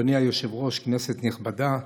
אדוני היושב-ראש, כנסת נכבדה,